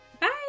Bye